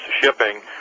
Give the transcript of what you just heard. shipping